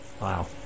Wow